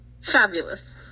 fabulous